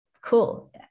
cool